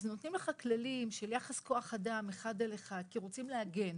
נותנים לך כללים של יחס כוח אדם 1:1 כי רוצים להגן,